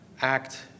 act